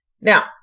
Now